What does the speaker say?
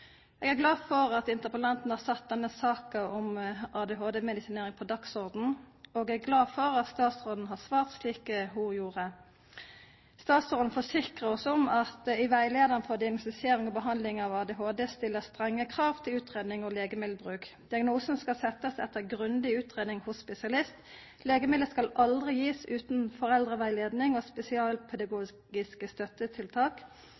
Eg er glad for at interpellanten har sett denne saka om ADHD-medisinering på dagsordenen, og eg er glad for at statsråden har svart slik ho gjorde. Statsråden forsikrar oss om at det i rettleiaren for diagnostisering og behandling av ADHD blir stilt strenge krav til utgreiing og legemiddelbruk. Diagnosen skal setjast etter grundig utgreiing hos spesialist. Legemidlet skal aldri bli gjeve utan foreldrerettleiing og